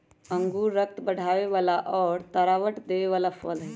अंगूर रक्त बढ़ावे वाला और तरावट देवे वाला फल हई